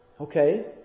Okay